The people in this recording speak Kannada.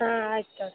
ಹಾಂ ಆಯ್ತು ತಗೋರಿ